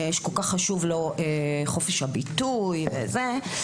שכל כך חשוב לו חופש הביטוי וזה,